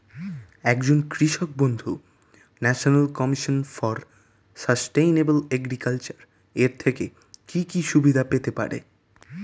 একজন কৃষক বন্ধু national commission for sustainable agriculture এর থেকে কি কি সুবিধা পেতে পারে?